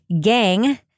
gang